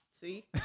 See